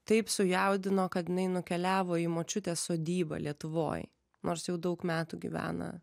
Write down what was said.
taip sujaudino kad jinai nukeliavo į močiutės sodybą lietuvoj nors jau daug metų gyvena